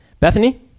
Bethany